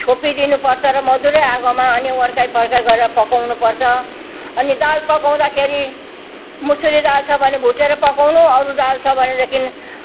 छोपी दिनुपर्छ र मधुरै आगोमा अनि वर्काइफर्काइ गरेर पकाउनुपर्छ अनि दाल पकाउँदाखेरि मुसुरी दाल छ भने भुटेर पकाउनु अरू दाल छ भनेदेखिन्